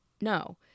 no